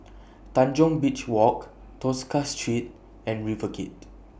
Tanjong Beach Walk Tosca Street and River Gate